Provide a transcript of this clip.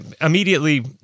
immediately